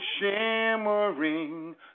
shimmering